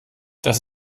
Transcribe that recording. das